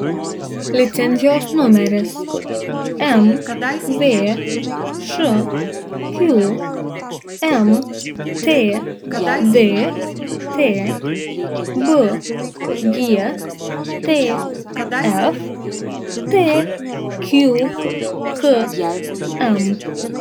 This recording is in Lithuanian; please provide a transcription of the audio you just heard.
licenzijos numeris mvšq mtdt bgtf tqkm